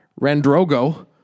Randrogo